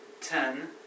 ten